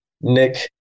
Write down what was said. Nick